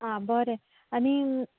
आं बरे आनी